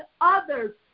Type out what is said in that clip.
others